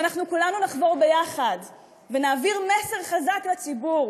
ואם אנחנו כולנו נחבור ביחד ונעביר מסר חזק לציבור